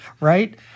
right